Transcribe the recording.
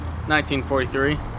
1943